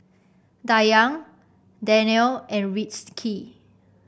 Dayang Danial and Rizqi